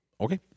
Okay